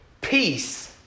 peace